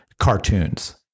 cartoons